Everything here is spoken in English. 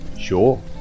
Sure